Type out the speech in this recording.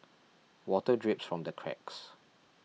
water drips from the cracks